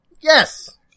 Yes